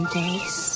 days